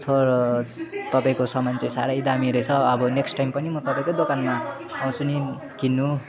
छ र तपाईँको सामान चाहिँ साह्रै दामी रहेछ अब नेक्स्ट टाइम पनि म तपाईँकै दोकानमा आउँछु नि किन्नु